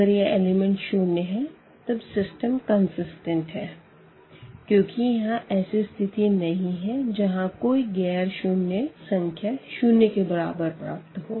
अगर यह एलिमेंट शून्य है तब सिस्टम कंसिस्टेंट है क्योंकि यहाँ ऐसी स्थिति नहीं ही जहां कोई गैर शून्य संख्या शून्य के बराबर प्राप्त हो